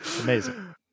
Amazing